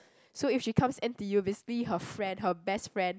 so if she comes N_T_U basically her friend her best friend